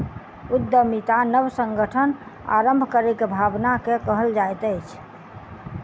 उद्यमिता नब संगठन आरम्भ करै के भावना के कहल जाइत अछि